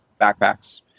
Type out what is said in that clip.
backpacks